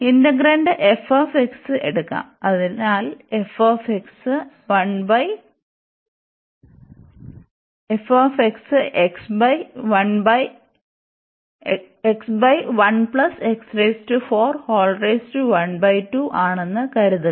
integrand f എടുക്കാം അതിനാൽ f ആണെന്ന് കരുതുക